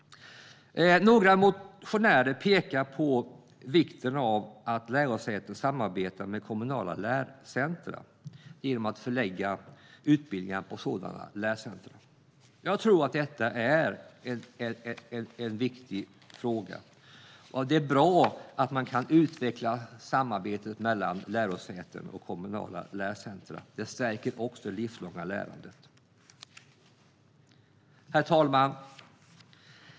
Några motionärer pekar på vikten av att lärosäten samarbetar med kommunala lärcentrum genom att förlägga utbildningar på sådana lärcentrum. Jag tror att detta är en viktig fråga. Det är bra att man kan utveckla samarbetet mellan lärosäten och kommunala lärcentrum. Det stärker också det livslånga lärandet. Herr talman!